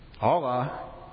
Allah